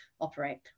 operate